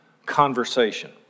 conversation